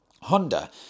Honda